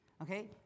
Okay